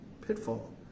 pitfall